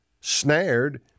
snared